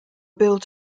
built